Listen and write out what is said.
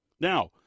Now